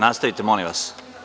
Nastavite, molim vas.